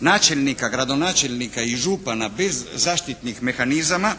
načelnika, gradonačelnika i župana bez zaštitnih mehanizama